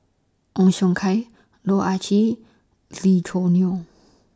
Ong Siong Kai Loh Ah Chee Lee Choo Neo